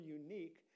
unique